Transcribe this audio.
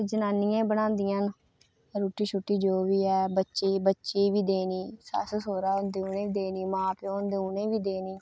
जनानियां बनांदियां न रुट्टी जो बी ऐ ते बच्चें ई बी देनी सस्स सौहरा होंदे उ'नेंगी बी देनी मां प्यो होंदे उ'नेंगी बी देनी